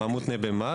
מה מותנה במה